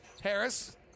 Harris